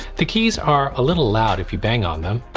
the keys are a little loud if you bang on them